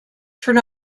turn